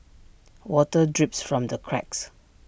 water drips from the cracks